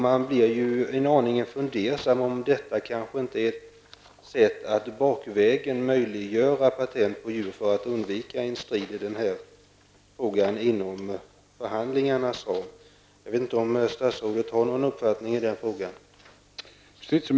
Man blir en aning fundersam om detta kanske är ett sätt att bakvägen möjliggöra patent på djur för att undvika en strid i denna fråga inom förhandlingarnas ram.